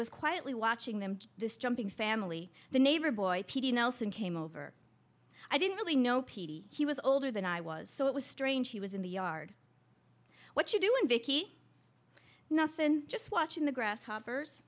was quietly watching them this jumping family the neighbor boy nelson came over i didn't really know petey he was older than i was so it was strange he was in the yard what you doing vicki nothing just watching the grasshoppers